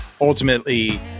ultimately